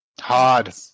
Hard